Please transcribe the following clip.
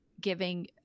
giving